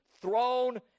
thrown